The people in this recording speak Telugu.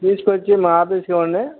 తీసుకొచ్చి మా ఆఫీస్కి ఇవ్వండి